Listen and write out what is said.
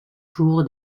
jour